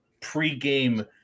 pre-game